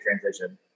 transition